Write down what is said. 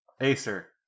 Acer